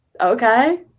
okay